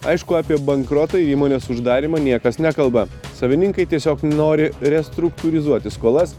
aišku apie bankrotą įmonės uždarymą niekas nekalba savininkai tiesiog nori restruktūrizuoti skolas